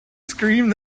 screamed